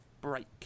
break